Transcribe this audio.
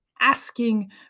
asking